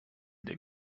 den